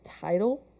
title